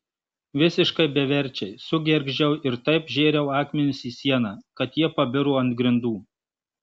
visiškai beverčiai sugergždžiau ir taip žėriau akmenis į sieną kad jie pabiro ant grindų